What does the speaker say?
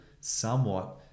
somewhat